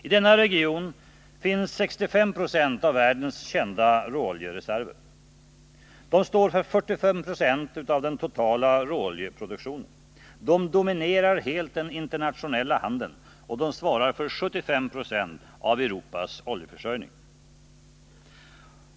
I denna region finns 65 20 av världens kända råoljereserver; de står för 45 20 av den totala råoljeproduktionen, dominerar helt den internationella handeln och svarar för 75 76 av Europas oljeförsörjning.